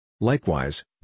Likewise